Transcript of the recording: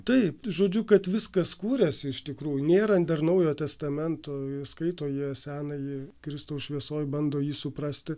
taip žodžiu kad viskas kūrėsi iš tikrųjų nėra dar naujojo testamento skaito jie senąjį kristaus šviesoj bando jį suprasti